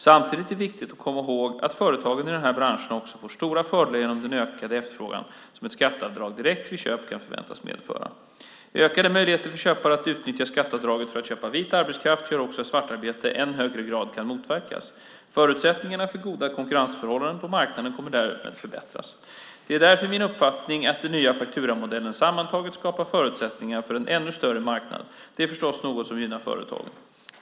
Samtidigt är det viktigt att komma ihåg att företagen i de här branscherna också får stora fördelar genom den ökade efterfrågan som ett skatteavdrag direkt vid köpet kan förväntas medföra. Ökade möjligheter för köpare att utnyttja skatteavdraget för att köpa vit arbetskraft gör också att svartarbetet i än högre grad kan motverkas. Förutsättningarna för goda konkurrensförhållanden på marknaden kommer därmed att förbättras. Det är därför min uppfattning att den nya fakturamodellen sammantaget skapar förutsättningar för en ännu större marknad. Detta är förstås något som också gynnar företagen.